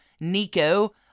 Nico